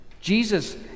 Jesus